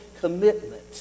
commitment